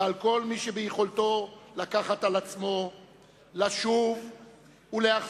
ועל כל מי שביכולתו לקחת על עצמו לשוב ולהחזיר